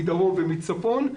מדרום ומצפון,